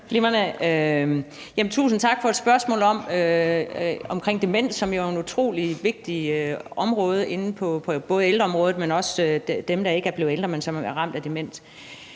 Kierkgaard): Tusind tak for et spørgsmål omkring demens, som jo er et utrolig vigtigt område både på ældreområdet, men også i forhold til dem, som ikke er ældre, men som er ramt af demens.